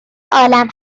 عالم